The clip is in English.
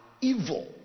evil